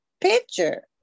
picture